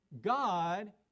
God